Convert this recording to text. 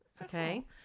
Okay